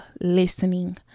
listening